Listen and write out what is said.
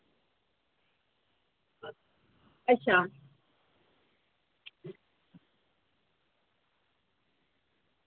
अच्छा